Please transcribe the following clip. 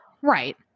Right